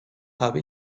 habe